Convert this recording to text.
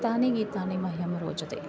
तानि गीतानि मह्यं रोचते